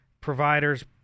providers